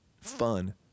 fun